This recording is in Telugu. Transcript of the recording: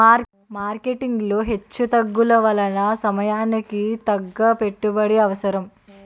మార్కెటింగ్ లో హెచ్చుతగ్గుల వలన సమయానికి తగ్గ పెట్టుబడి అవసరం